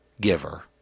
giver